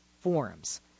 forums